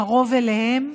קרוב אליהם,